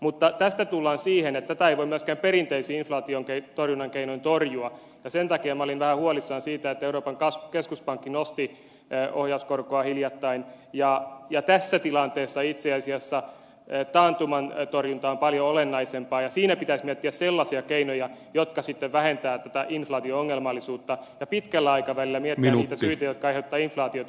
mutta tästä tullaan siihen että tätä ei voi myöskään perinteisin inflaation torjunnan keinoin torjua ja sen takia minä olin vähän huolissani siitä että euroopan keskuspankki nosti ohjauskorkoa hiljattain ja tässä tilanteessa itse asiassa taantuman torjunta on paljon olennaisempaa ja siinä pitäisi miettiä sellaisia keinoja jotka sitten vähentävät tätä inflaation ongelmallisuutta ja pitkällä aikavälillä miettiä niitä syitä jotka aiheuttavat inflaatiota